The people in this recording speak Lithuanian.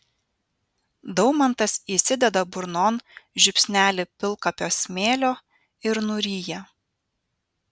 daumantas įsideda burnon žiupsnelį pilkapio smėlio ir nuryja